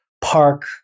park